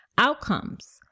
outcomes